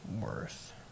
Worth